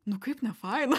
nu kaip nefaina